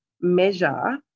measure